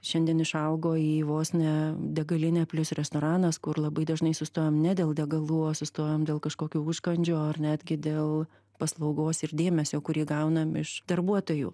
šiandien išaugo į vos ne degalinę plius restoranas kur labai dažnai sustojam ne dėl degalų o sustojom dėl kažkokio užkandžio ar netgi dėl paslaugos ir dėmesio kurį gaunam iš darbuotojų